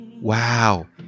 Wow